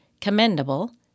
commendable